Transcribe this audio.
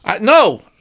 No